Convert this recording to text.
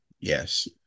yes